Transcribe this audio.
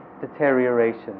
deterioration